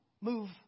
move